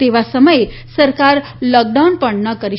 તેવા સમયે સરકાર લોકડાઉન પણ ન કરી શકત